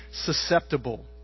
susceptible